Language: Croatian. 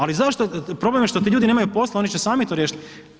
Ali zašto, problem je što ti ljudi nemaju posla, oni će sami to riješiti.